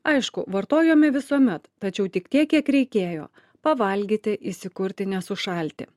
aišku vartojome visuomet tačiau tik tiek kiek reikėjo pavalgyti įsikurti nesušalti